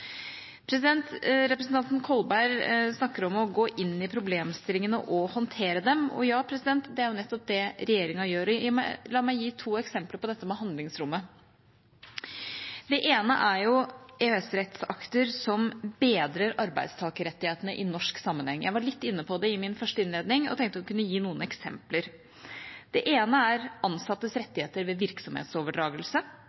Representanten Kolberg snakker om å gå inn i problemstillingene og håndtere dem, og ja, det er nettopp det regjeringa gjør. La meg gi to eksempler på dette med handlingsrommet. Det ene er EØS-rettsakter som bedrer arbeidstakerrettighetene i norsk sammenheng. Jeg var litt inne på det i min første innledning og kan gi noen eksempler. Det ene er ansattes